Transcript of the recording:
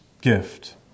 gift